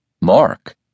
Mark